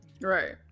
Right